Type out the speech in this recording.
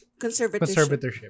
Conservatorship